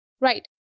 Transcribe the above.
right